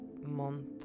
month